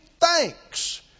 Thanks